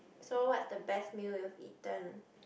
so what's the best meal you have eaten